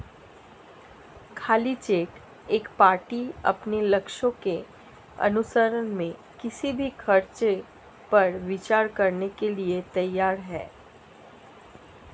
खाली चेक एक पार्टी अपने लक्ष्यों के अनुसरण में किसी भी खर्च पर विचार करने के लिए तैयार है